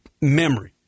memory